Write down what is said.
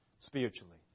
spiritually